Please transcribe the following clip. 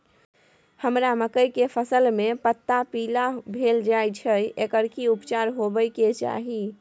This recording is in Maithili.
हमरा मकई के फसल में पता पीला भेल जाय छै एकर की उपचार होबय के चाही?